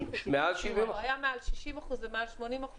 זה היה מעל 60% ומעל 80%,